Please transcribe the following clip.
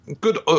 good